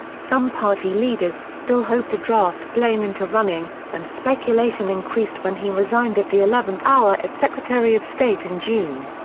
some party leaders still hoped to draft blaine into running, and speculation increased when he resigned at the eleventh hour as secretary of state in june.